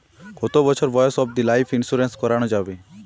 কতো বছর বয়স অব্দি লাইফ ইন্সুরেন্স করানো যাবে?